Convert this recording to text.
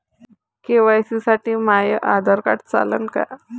KYC साठी माह्य Aadhaar card चालन का?